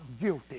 guilty